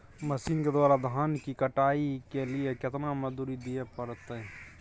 Machine के द्वारा धान की कटाइ के लिये केतना मजदूरी दिये परतय?